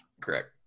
Correct